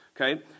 okay